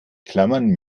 klammern